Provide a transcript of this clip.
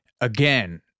again